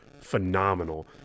phenomenal